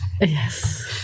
yes